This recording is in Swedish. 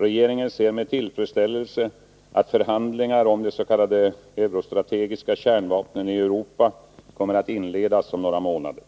Regeringen ser med tillfredsställelse att förhandlingar om de s.k. eurostrategiska kärnvapnen i Europa kommer att inledas om några månader.